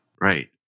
Right